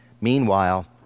Meanwhile